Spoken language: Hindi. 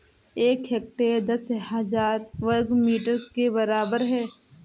एक हेक्टेयर दस हजार वर्ग मीटर के बराबर है